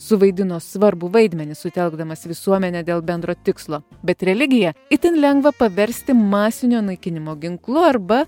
suvaidino svarbų vaidmenį sutelkdamas visuomenę dėl bendro tikslo bet religiją itin lengva paversti masinio naikinimo ginklu arba